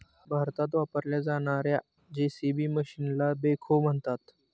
भारतात वापरल्या जाणार्या जे.सी.बी मशीनला बेखो म्हणतात